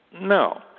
No